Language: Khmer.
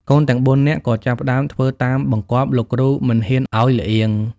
កូនទាំង ៤ នាក់ក៏ចាប់ធ្វើតាមបង្គាប់លោកគ្រូមិនហ៊ានឱ្យល្អៀង ។